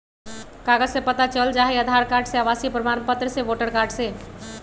कागज से पता चल जाहई, आधार कार्ड से, आवासीय प्रमाण पत्र से, वोटर कार्ड से?